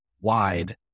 wide